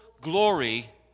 glory